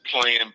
playing